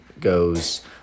goes